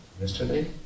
yesterday